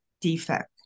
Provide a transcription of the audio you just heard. defect